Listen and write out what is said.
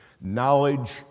Knowledge